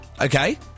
Okay